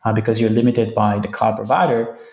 um because you're limited by the cloud provider.